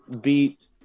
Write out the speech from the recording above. beat